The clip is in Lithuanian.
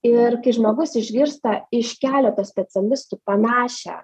ir kai žmogus išgirsta iš keleto specialistų panašią